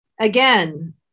again